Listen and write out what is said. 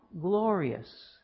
glorious